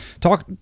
Talk